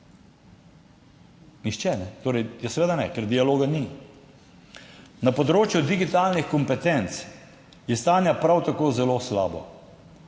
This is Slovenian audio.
Nihče, kajne? Torej, ja, seveda ne, ker dialoga ni. Na področju digitalnih kompetenc je stanje prav tako zelo slabo,